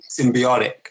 symbiotic